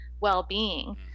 well-being